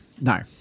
No